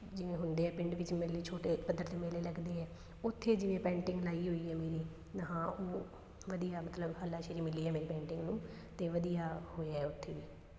ਜਿਵੇਂ ਹੁੰਦੇ ਆ ਪਿੰਡ ਵਿੱਚ ਮੇਲੇ ਛੋਟੇ ਪੱਧਰ 'ਤੇ ਮੇਲੇ ਲੱਗਦੇ ਆ ਉੱਥੇ ਜਿਵੇਂ ਪੈਂਟਿੰਗ ਲਾਈ ਹੋਈ ਹੈ ਮੇਰੀ ਹਾਂ ਉਹ ਵਧੀਆ ਮਤਲਬ ਹੱਲਾਸ਼ੇਰੀ ਮਿਲੀ ਹੈ ਮੇਰੀ ਪੇਂਟਿੰਗ ਨੂੰ ਅਤੇ ਵਧੀਆ ਹੋਇਆ ਉੱਥੇ ਵੀ